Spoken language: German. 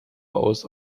aus